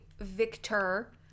victor